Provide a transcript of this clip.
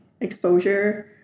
exposure